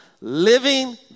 living